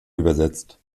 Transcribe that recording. übersetzt